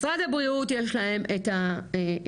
משרד הבריאות יש להם את התיקים,